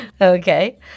Okay